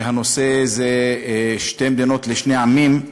שהנושא שלו הוא שתי מדינות לשני עמים.